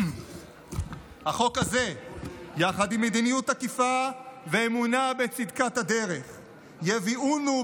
החוק הזה יחד עם מדיניות תקיפה ואמונה בצדקת הדרך יביאונו,